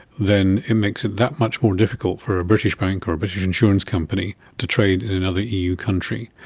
then it makes it that much more difficult for a british bank or a british insurance company to trade in another eu country.